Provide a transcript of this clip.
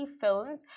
films